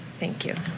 thank you.